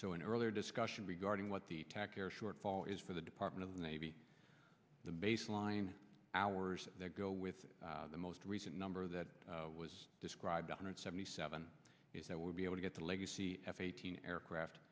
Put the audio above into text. so an earlier discussion regarding what the tac air shortfall is for the department of the navy the baseline hours that go with the most recent number that was described one hundred seventy seven is that would be able to get the legacy f eighteen aircraft